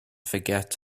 forget